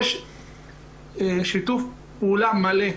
יש שיתוף פעולה מלא.